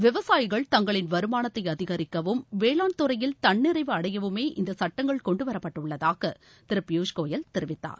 விவசாயிகள் தங்களின் வருமானத்தை அதிகரிக்கவும் வேளாண் துறையில் தன்னிறைவு அடையவுமே இந்த சுட்டங்கள் கொண்டுவரப்பட்டுள்ளதாக திரு பியூஷ் கோயல் தெரிவித்தார்